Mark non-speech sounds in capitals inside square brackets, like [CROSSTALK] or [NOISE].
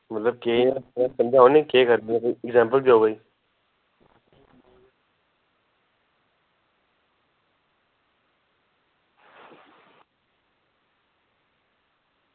मतलब केह् ऐ [UNINTELLIGIBLE] मतलब मिगी समझाओ निं केह् करगे [UNINTELLIGIBLE]